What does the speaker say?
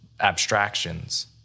abstractions